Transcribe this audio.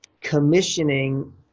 commissioning